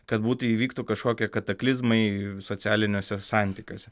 kad būtų įvyktų kažkokie kataklizmai socialiniuose santykiuose